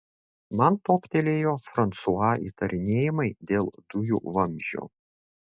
man toptelėjo fransua įtarinėjimai dėl dujų vamzdžio